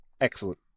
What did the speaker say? excellent